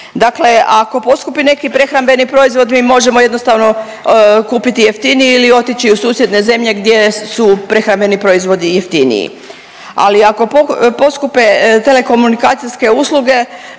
Dakle, ako poskupi neki prehrambeni proizvod, mi možemo jednostavno kupiti jeftiniji ili otići u susjedne zemlje gdje su prehrambeni proizvodi jeftiniji, ali ako poskupe telekomunikacijske usluge